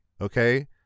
Okay